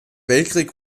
weltkrieg